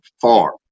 farm